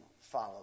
follow